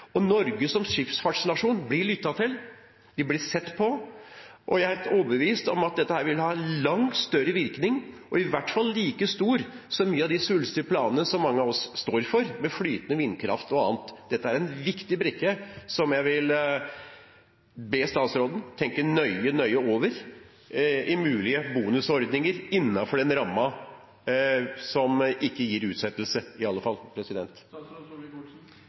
Norge som skipsfartsnasjon blir lyttet til, vi blir sett på, og jeg er helt overbevist om at dette vil ha langt større virkning – i hvert fall like stor som mye av de svulstige planene som mange av oss står for, med flytende vindkraft og annet. Dette er en viktig brikke som jeg vil be statsråden tenke nøye over – når det gjelder mulige bonusordninger innenfor den rammen, som i alle fall ikke gir utsettelse. Før jeg ble politiker, jobbet jeg i